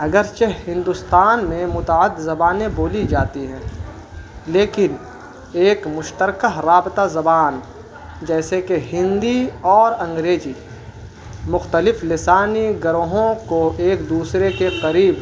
اگرچہ ہندوستان میں متاعد زبانیں بولی جاتی ہیں لیکن ایک مشترکہ رابطہ زبان جیسے کہ ہندی اور انگریزی مختلف لسانی گروہوں کو ایک دوسرے کے قریب